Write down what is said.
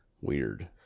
Weird